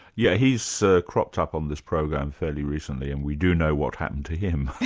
yeah he's so cropped up on this program fairly recently and we do know what happened to him,